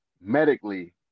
medically